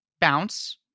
bounce